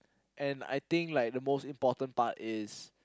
and I think like the most important part is